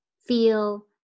feel